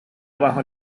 bajo